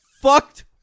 fucked